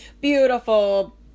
beautiful